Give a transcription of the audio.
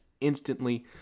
instantly